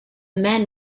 men